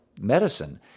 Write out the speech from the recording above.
medicine